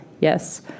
Yes